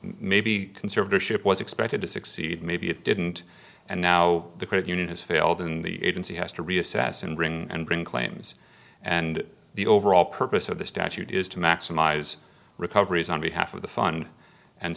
maybe conservatorship was expected to succeed maybe it didn't and now the great unit has failed in the agency has to reassess and bring and bring claims and the overall purpose of the statute is to maximize recoveries on behalf of the fun and